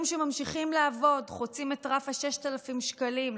שממשיכים לעבוד וחוצים את רף ה-6,000 שקלים,